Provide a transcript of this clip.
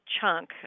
chunk